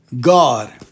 God